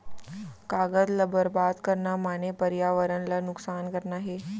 कागद ल बरबाद करना माने परयावरन ल नुकसान करना हे